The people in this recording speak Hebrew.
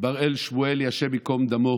בראל שמואלי, השם ייקום דמו,